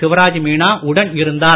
சிவராஜ் மீனா உடனிருந்தார்